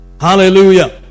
Hallelujah